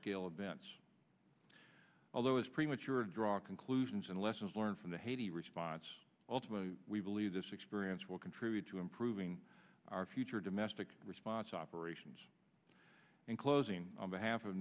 scale events although it's premature to draw conclusions and lessons learned from the haiti response ultimately we believe this experience will contribute to improving our future domestic response operations and closing on behalf of